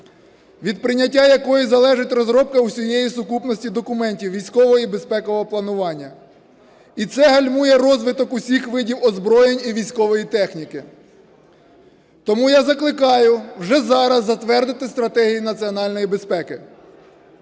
від прийняття якої залежить розробки усієї сукупності документів військового і безпекового планування, і це гальмує розвиток усіх видів озброєнь і військової техніки. Тому я закликаю вже зараз затвердити стратегію національної безпеки,